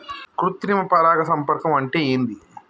కృత్రిమ పరాగ సంపర్కం అంటే ఏంది?